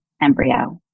embryo